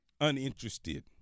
uninterested